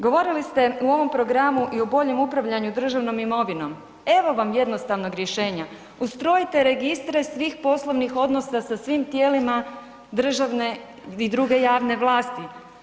Govorili ste u ovom programu i o boljem upravljanju državnom imovinom, evo vam jednostavnog rješenja, ustrojite registre svih poslovnih odnosa sa svim tijelima državne i druge javne vlasti.